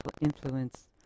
influence